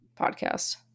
podcast